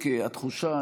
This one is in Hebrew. התחושה,